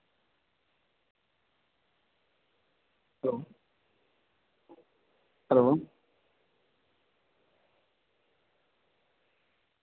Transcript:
hello hello